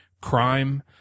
crime